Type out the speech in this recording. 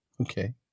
Okay